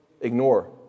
ignore